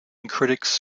critics